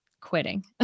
quitting